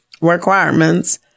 requirements